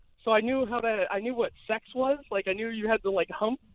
so i knew how to i knew what sex was. like, i knew you had to, like, hump.